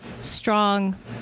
strong